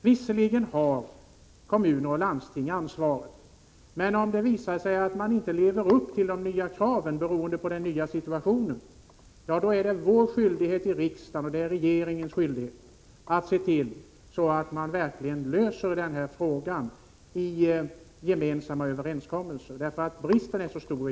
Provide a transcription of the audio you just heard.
Visserligen har kommuner och landsting ansvaret, men om det visar sig att de inte lever upp till de nya krav som är föranledda av den ändrade situationen är det riksdagens och regeringens skyldighet att se till att denna fråga verkligen löses i gemensamma överenskommelser, då bristen i dag är så stor.